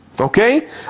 Okay